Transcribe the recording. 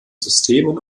systemen